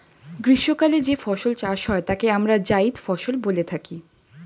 গ্রীষ্মকালে যে ফসল চাষ হয় তাকে আমরা জায়িদ ফসল বলে থাকি